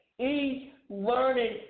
e-learning